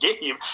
game